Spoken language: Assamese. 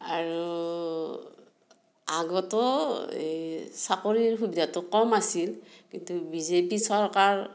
আৰু আগতেও এই চাকৰিৰ সুবিধাটো কম আছিল কিন্তু বি জে পি চৰকাৰ